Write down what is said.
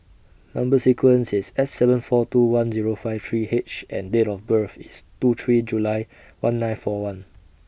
Number sequence IS S seven four two one Zero five three H and Date of birth IS two three July one nine four one